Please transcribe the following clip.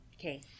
Okay